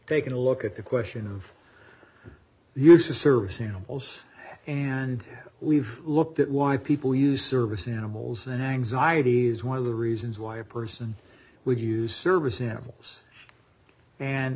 taken a look at the question of the use of service samples and we've looked at why people use service animals and anxiety is one of the reasons why a person would use service animals and